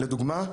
ולדוגמה,